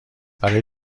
برای